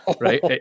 right